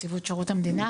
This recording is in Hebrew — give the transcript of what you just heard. נציבות שירות המדינה,